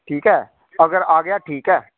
ਠੀਕ ਹੈ ਅਗਰ ਆ ਗਿਆ ਠੀਕ ਹੈ